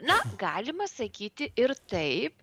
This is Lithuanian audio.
na galima sakyti ir taip